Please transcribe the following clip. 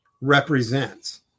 represents